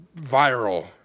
viral